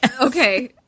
okay